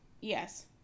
Yes